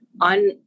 on